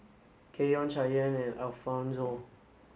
Kenyon Cheyenne and Alfonzo